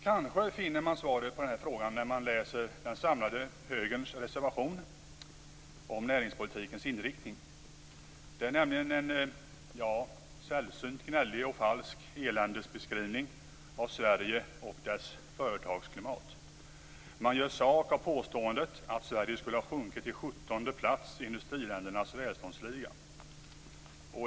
Kanske finner man svaret på denna fråga när man läser den samlade högerns reservation om näringspolitikens inriktning. Det är nämligen en sällsynt gnällig och falsk eländesbeskrivning av Sverige och dess företagsklimat. Man gör sak av påståendet att Sverige skulle ha sjunkit till 17:e plats i industriländernas välståndsliga.